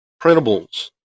printables